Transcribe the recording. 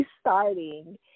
starting